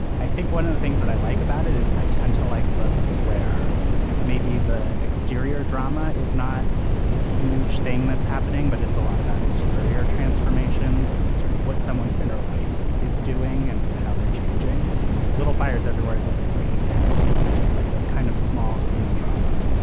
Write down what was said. i think one of the things that i like about it is i tend to like books where maybe the exterior drama is not this huge thing that's happening, but it's a lot about interior transformations and sort of what someone's inner life is doing and how they're changing little fires everywhere is, like, a great example of just, like, a kind of small, human drama,